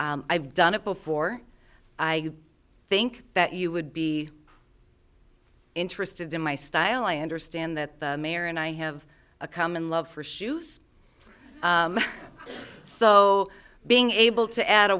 i've done it before i think that you would be interested in my style i understand that the mayor and i have a common love for shoes so being able to add a